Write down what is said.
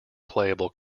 playable